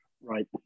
Right